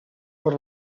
per